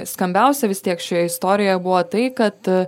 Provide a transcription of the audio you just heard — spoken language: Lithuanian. skambiausia vis tiek šioje istorijoje buvo tai kad